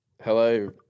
Hello